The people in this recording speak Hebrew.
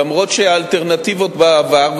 אף שהאלטרנטיבות בעבר,